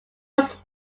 was